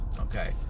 Okay